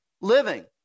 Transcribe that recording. living